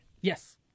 Yes